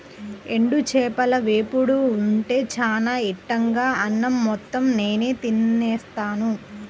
ఎండు చేపల వేపుడు ఉంటే చానా ఇట్టంగా అన్నం మొత్తం నేనే తినేత్తాను